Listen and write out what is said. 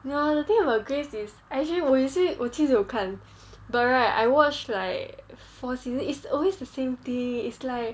you know the thing about grey's is actually 我也是我其实有看 but right I watched like four seasons it's always the same thing it's like